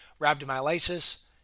rhabdomyolysis